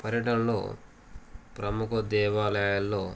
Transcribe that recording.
పర్యటనలో ప్రముఖ దేవాలయాల్లో